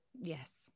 Yes